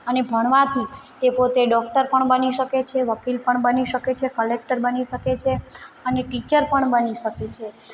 અને ભણવાથી એ પોતે ડૉક્ટર પણ બની શકે છે વકીલ પણ બની શકે છે કલેક્ટર બની શકે છે અને ટીચર પણ બની શકે છે